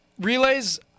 Relays